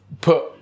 put